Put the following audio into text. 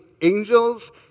angels